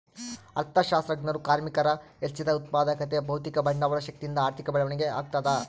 ಅರ್ಥಶಾಸ್ತ್ರಜ್ಞರು ಕಾರ್ಮಿಕರ ಹೆಚ್ಚಿದ ಉತ್ಪಾದಕತೆ ಭೌತಿಕ ಬಂಡವಾಳ ಶಕ್ತಿಯಿಂದ ಆರ್ಥಿಕ ಬೆಳವಣಿಗೆ ಆಗ್ತದ